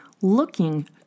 looking